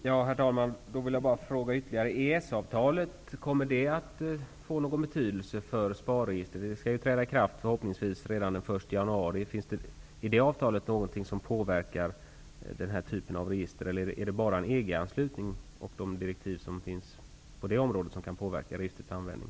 Herr talman! Då vill jag fråga om EES-avtalet kommer att få någon betydelse för SPAR-registret. EES-avtalet skall ju förhoppningsvis träda i kraft redan den 1 januari. Finns det i det avtalet någonting som påverkar denna typ av register, eller är det bara en EG-anslutning och de EG-direktiv som finns på detta område som kan påverka registrets användning?